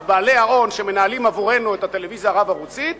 את בעלי ההון שמנהלים עבורנו את הטלוויזיה הרב-ערוצית?